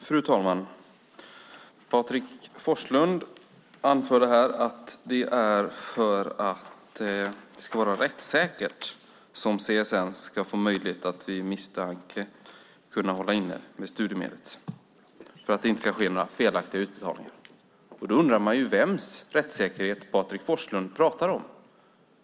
Fru talman! Patrik Forslund anförde att det är för att det ska vara rättssäkert som CSN ska få möjlighet att vid misstanke hålla inne med studiemedlet så att det inte ska ske några felaktiga utbetalningar. Då undrar man ju vems rättssäkerhet Patrik Forslund pratar om.